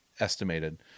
Estimated